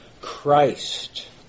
Christ